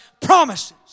promises